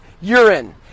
urine